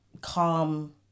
calm